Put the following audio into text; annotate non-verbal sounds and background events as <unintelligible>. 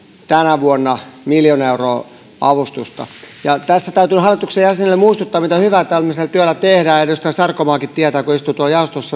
tänä vuonna miljoona euroa avustusta tässä täytyy hallituksen jäsenille muistuttaa miten hyvää tämmöisellä työllä tehdään edustaja sarkomaakin tietää kun istuu tuolla jaostossa <unintelligible>